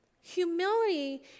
Humility